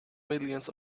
millions